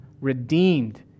redeemed